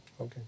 okay